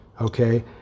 okay